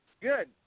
Good